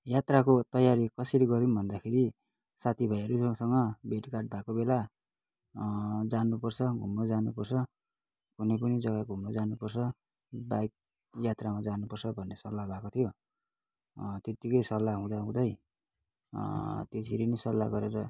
यात्राको तयारी कसरी गऱ्यौँ भन्दाखेरि साथीभाइहरू मसँग भेटघाट भएको बेला जानुपर्छ घुम्न जानुपर्छ कुनै पनि जग्गा घुम्नु जानुपर्छ बाइक यात्रामा जानुपर्छ भन्ने सल्लाह भएको थियो त्यतिकै सल्लाह हुँदाहुँदै त्यो फेरि पनि सल्लाह गरेर